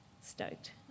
stoked